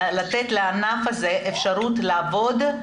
לתת לענף הזה אפשרות לעבוד.